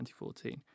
2014